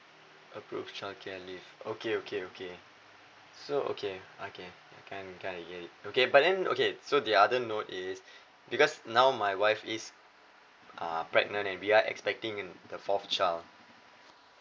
approved childcare leave okay okay okay so okay okay can can I get it okay but then okay so the other note is because now my wife is uh pregnant and we are expecting in the fourth child